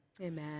Amen